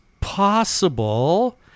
possible